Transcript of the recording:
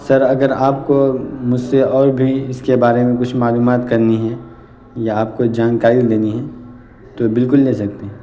سر اگر آپ کو مجھ سے اور بھی اس کے بارے میں کچھ معلومات کرنی ہیں یا آپ کو جانکاری لینی ہیں تو بالکل لے سکتے ہیں